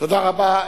תודה רבה.